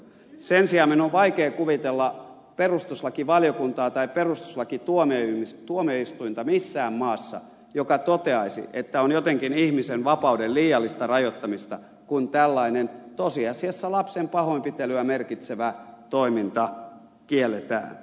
sen sijaan minun on vaikea kuvitella missään maassa perustuslakivaliokuntaa tai peruslaki tuoneensa tuonne istuinta missään perustuslakituomioistuinta joka toteaisi että on jotenkin ihmisen vapauden liiallista rajoittamista kun tällainen tosiasiassa lapsen pahoinpitelyä merkitsevä toiminta kielletään